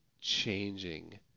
changing